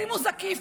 שימו זקיף,